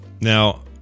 Now